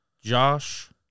josh